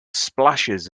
splashes